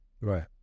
Right